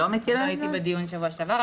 לא הייתי בדיון בשבוע שעבר,